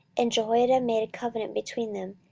and jehoiada made a covenant between him,